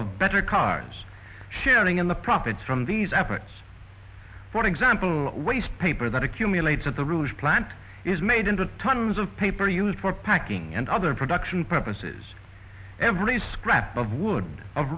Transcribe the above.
of better cars sharing in the profits from these efforts for example waste paper that accumulates at the rouge plant is made into tons of paper used for packing and other production purposes every scrap of wood of